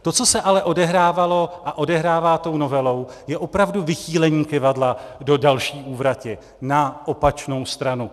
To, co se ale odehrávalo a odehrává tou novelou, je opravdu vychýlení kyvadla do další úvrati, na opačnou stranu.